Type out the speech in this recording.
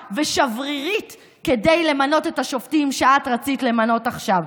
ושברירית כדי למנות את השופטים שאת רצית למנות עכשיו.